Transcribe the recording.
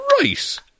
right